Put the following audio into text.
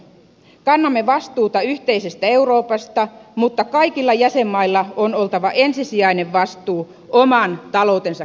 kannamme vastuuta yhteisestä euroopasta mutta kaikilla jäsenmailla on oltava ensisijainen vastuu oman taloutensa kestävyydestä